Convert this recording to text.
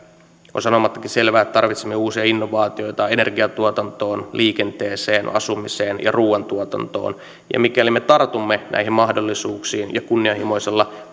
on sanomattakin selvää että tarvitsemme uusia innovaatioita energiantuotantoon liikenteeseen asumiseen ja ruuantuotantoon ja mikäli me tartumme näihin mahdollisuuksiin kunnianhimoisella